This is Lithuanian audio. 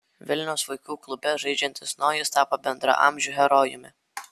vilniaus vaikų klube žaidžiantis nojus tapo bendraamžių herojumi